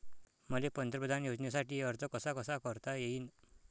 मले पंतप्रधान योजनेसाठी अर्ज कसा कसा करता येईन?